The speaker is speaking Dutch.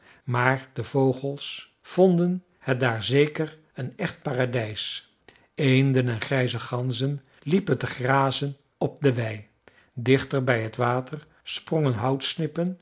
maar de vogels vonden het daar zeker een echt paradijs eenden en grijze ganzen liepen te grazen op de wei dichter bij het water sprongen houtsnippen